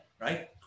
right